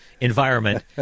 environment